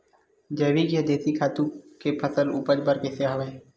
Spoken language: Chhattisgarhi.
जैविक या देशी खातु फसल के उपज बर कइसे होहय?